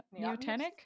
Neotenic